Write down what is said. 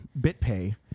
BitPay